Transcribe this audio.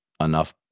enough